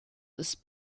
ist